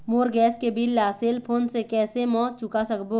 मोर gas के bill ला cell phone से कैसे म चुका सकबो?